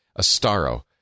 Astaro